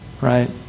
Right